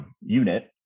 unit